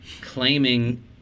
claiming